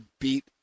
beat